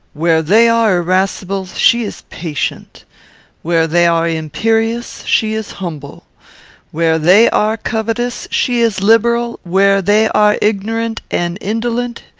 where they are irascible, she is patient where they are imperious, she is humble where they are covetous, she is liberal where they are ignorant and indolent,